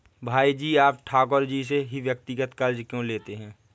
भाई जी आप ठाकुर जी से ही व्यक्तिगत कर्ज क्यों लेते हैं?